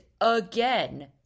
again